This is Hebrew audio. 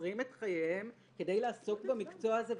מוסרים את חייהם כדי לעסוק במקצוע הזה,